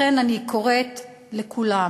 לכן אני קוראת לכולם,